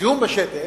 הזיהום בשתן,